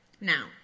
Now